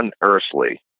unearthly